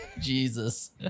Jesus